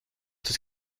das